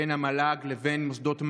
בין המל"ג לבין מוסדות מה"ט,